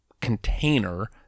container